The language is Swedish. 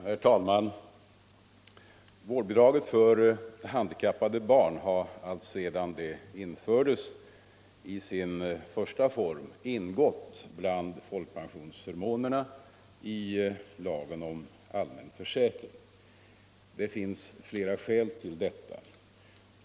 Herr talman! Vårdbidraget för handikappade barn har allt sedan det infördes i sin första form ingått bland folkpensionsförmånerna i lagen om allmän försäkring. Det finns flera skäl till detta.